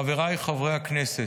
חבריי חברי הכנסת,